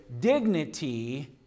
dignity